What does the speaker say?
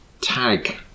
tag